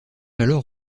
alors